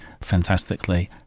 fantastically